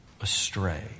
astray